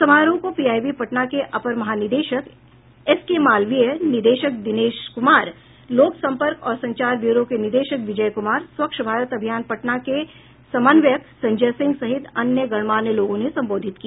समारोह को पीआईबी पटना के अपर महानिदेशक एस के मालवीय निदेशक दिनेश कुमार लोक संपर्क और संचार ब्यूरो के निदेशक विजय कुमार स्वच्छ भारत अभियान पटना के समन्वयक संजय सिंह सहित अन्य गणमान्य लोगों ने संबोधित किया